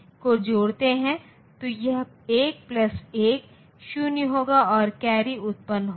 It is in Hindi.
अब मैं ऋण 44 का प्रतिनिधित्व करना चाहता हूं इसलिए मेरे पास एक और अंक होना चाहिए